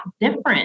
different